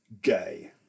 gay